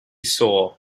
saw